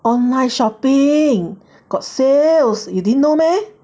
online shopping got sales you didn't know meh